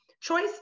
choice